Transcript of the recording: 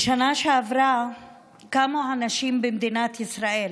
בשנה שעברה קמו הנשים במדינת ישראל,